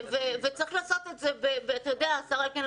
השר אלקין,